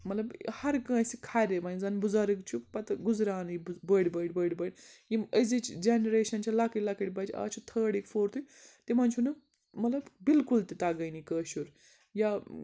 مطلب ہر کٲنٛسہِ خَرے ونۍ زَن بُزَرٕگ چھُ پَتہٕ گُزرانٕے بٔڑۍ بٔڑۍ بٔڑۍ بٔڑۍ یِم أزِچ جَنریشَن چھِ لَکٕٹۍ لَکٕٹۍ بَچہِ آز چھِ تھٲڈٕکۍ فورتھٕے تِمَن چھُنہٕ مطلب بِلکُل تہِ تَگٲنی کٲشُر یا